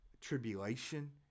Tribulation